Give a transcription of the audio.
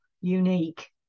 unique